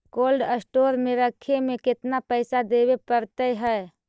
Cold store में रखे में केतना पैसा देवे पड़तै है?